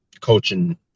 coaching